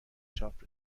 چاپ